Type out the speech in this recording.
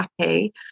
happy